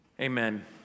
Amen